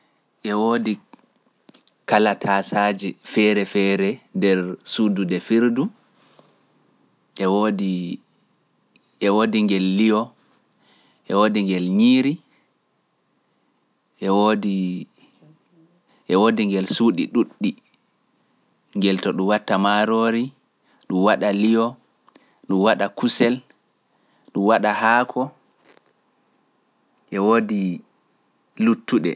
E woodi kala taasaaje feere-feere nder suudu defirdu e woodi ngel - e woodi ngel li'o e woodi ngel nyiiri e woodi - e woodi ngel ngel suuɗi ɗuuɗɗi ngel to ɗum watta maaroori ɗum waɗa li'o ɗum waɗa kusel ɗum waɗa haako, e woodi luttuɗe.